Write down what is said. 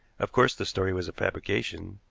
of course, the story was a fabrication.